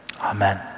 Amen